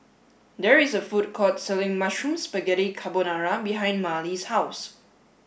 there is a food court selling Mushroom Spaghetti Carbonara behind Marley's house